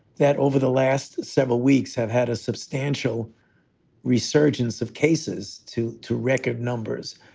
that over the last several weeks have had a substantial resurgence of cases to to record numbers.